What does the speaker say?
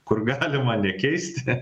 kur galima nekeisti